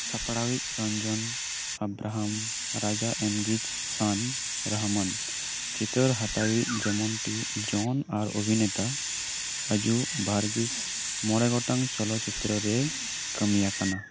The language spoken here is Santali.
ᱥᱟᱯᱲᱟᱣ ᱤᱡ ᱨᱚᱧᱡᱚᱱ ᱟᱵᱨᱟᱦᱟᱢ ᱨᱟᱦᱟ ᱮᱢᱚᱜᱤᱡ ᱥᱟᱱ ᱨᱚᱦᱚᱢᱟᱱ ᱪᱤᱛᱟᱹᱨ ᱦᱟᱛᱟᱣ ᱤᱡ ᱡᱮᱢᱚᱱᱴᱤ ᱡᱚᱱ ᱟᱨ ᱚᱵᱷᱤᱱᱮᱛᱟ ᱚᱡᱩ ᱵᱷᱟᱨᱜᱤᱥ ᱢᱚᱬᱮ ᱜᱚᱴᱟᱝ ᱪᱚᱞᱚᱛ ᱪᱤᱛᱟᱹᱨ ᱨᱮᱭ ᱠᱟᱹᱢᱤ ᱟᱠᱟᱱᱟ